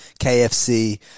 KFC